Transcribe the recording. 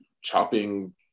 chopping